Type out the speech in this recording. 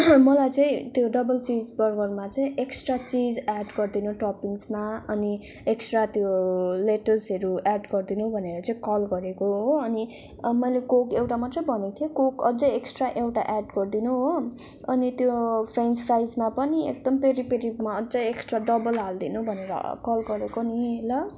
मलाई चाहिँ त्यो डबल चिज बर्गरमा चाहिँ एक्स्ट्रा चिज एड् गरिदिनु होस् टपिङ्समा अनि एक्स्ट्रा त्यो लेट्टसहरू एड् गरिदिनु भनेर चाहिँ कल गरेको हो अनि मैले कोक एउटा मात्रै भनेको थिएँ कोक अझै एक्स्ट्रा एउटा एड् गरिदिनु हो अनि त्यो फ्रेन्च फ्राइसमा पनि एकदम पेरी पेरीमा अझै एक्स्ट्रा डबल हालिदिनु भनेर कल गरेको नि ल